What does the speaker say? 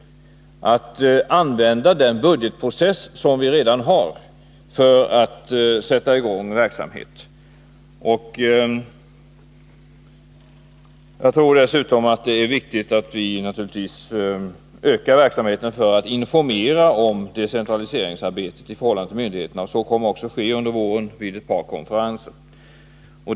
Vi kommer alltså att använda den budgetprocess som vi redan har för att sätta i gång verksamhet. Jag tror dessutom att det är viktigt att vi ökar informationen om decentraliseringsarbetet i förhållande till myndigheterna. Så kommer också att ske under våren vid ett par konferenser.